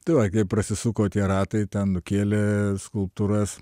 taigi prasisuko tie ratai ten nukėlė skulptūras